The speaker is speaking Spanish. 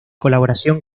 colaboración